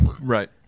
Right